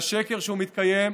והשקר, כשהוא מתקיים,